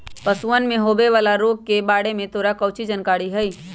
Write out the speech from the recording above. पशुअन में होवे वाला रोग के बारे में तोरा काउची जानकारी हाउ?